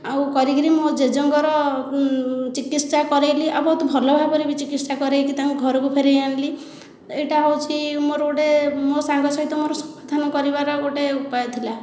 ଆଉ କରିକି ମୋ ଜେଜେଙ୍କର ଚିକିତ୍ସା କରେଇଲି ଆଉ ବହୁତ ଭଲ ଭାବରେ ବି ଚିକିତ୍ସା କରେଇକି ତାଙ୍କୁ ଘରକୁ ଫେରେଇ ଆଣିଲି ଏଇଟା ହେଉଛି ମୋର ଗୋଟିଏ ମୋ ସାଙ୍ଗ ସହିତ ମୋର ସମାଧାନ କରିବାର ଗୋଟିଏ ଉପାୟ ଥିଲା